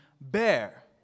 bear